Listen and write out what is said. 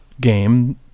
game